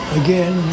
again